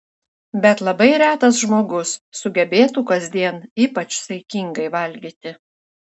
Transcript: bet labai retas žmogus sugebėtų kasdien ypač saikingai valgyti